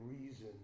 reason